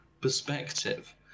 perspective